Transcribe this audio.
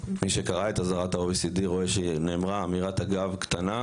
מי שקרא את אזהרת ה- OECD רואה שהיא נאמרה אמירת אגב קטנה,